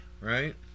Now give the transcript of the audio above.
Right